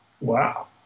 wow